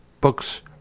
books